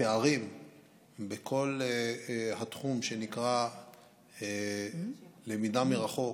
הפערים בכל התחום שנקרא "למידה מרחוק"